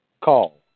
call